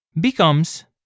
becomes